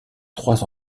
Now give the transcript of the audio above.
trois